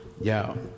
yo